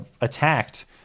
attacked